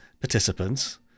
participants